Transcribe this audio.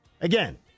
Again